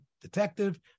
detective